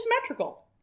symmetrical